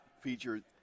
featured